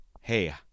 hey